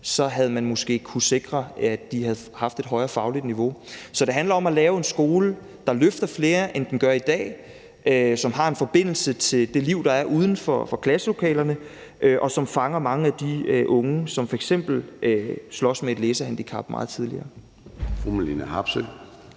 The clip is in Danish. havde man måske kunnet sikre, at de havde haft et højere fagligt niveau. Så det handler om at lave en skole, der løfter flere, end den gør i dag, og som har en forbindelse til det liv, der er uden for klasselokalerne, og som meget tidligere fanger mange af de unge, som f.eks. slås med et læsehandicap. Kl.